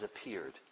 appeared